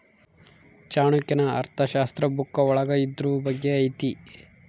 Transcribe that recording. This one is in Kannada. ಚಾಣಕ್ಯನ ಅರ್ಥಶಾಸ್ತ್ರ ಬುಕ್ಕ ಒಳಗ ಇದ್ರೂ ಬಗ್ಗೆ ಐತಿ